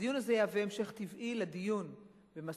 הדיון הזה יהווה המשך טבעי לדיון במסקנות